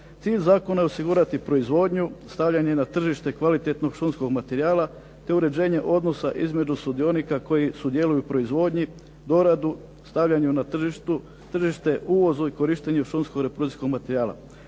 Cilj zakona je osigurati proizvodnju, stavljanje na tržište kvalitetnog šumskog materijala, te uređenje odnosa između sudionika koji sudjeluju u proizvodnji, doradu, stavljanju na tržište, uvozu i korištenju šumskog reprodukcijskog materijala.